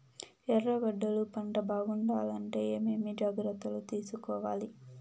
ఎర్రగడ్డలు పంట బాగుండాలంటే ఏమేమి జాగ్రత్తలు తీసుకొవాలి?